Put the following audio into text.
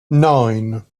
nine